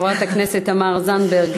חברת הכנסת תמר זנדברג,